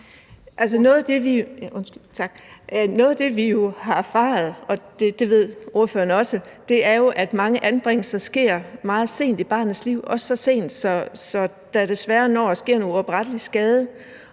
Noget af det, vi har erfaret, og det ved ordføreren også, er jo, at mange anbringelser sker meget sent i barnets liv, og så sent, at der desværre når at ske en uoprettelig skade.